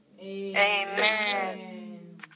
Amen